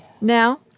Now